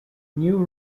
new